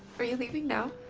are you leaving now?